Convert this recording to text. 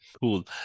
Cool